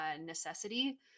necessity